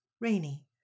rainy